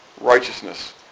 righteousness